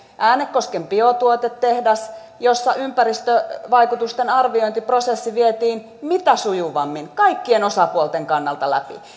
äänekosken biotuotetehdas jossa ympäristövaikutusten arviointiprosessi vietiin läpi mitä sujuvimmin kaikkien osapuolten kannalta